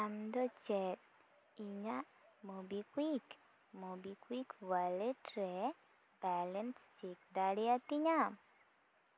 ᱟᱢᱫᱚ ᱪᱮᱫ ᱤᱧᱟᱹᱜ MobiKwik MobiKwik wallet ᱨᱮ ᱵᱮᱭᱮᱞᱮᱱᱥ ᱪᱮᱠ ᱫᱟᱲᱮᱭᱟᱛᱤᱧᱟ